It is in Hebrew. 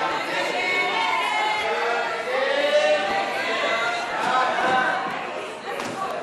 ההצעה להעביר את הצעת חוק שירות ביטחון (תיקון מס' 19) (תיקון)